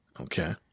Okay